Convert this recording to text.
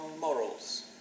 morals